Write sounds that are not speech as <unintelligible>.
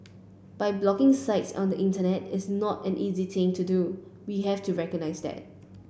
<unintelligible> blocking sites on the Internet is not an easy thing to do we have to recognise that